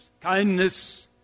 kindness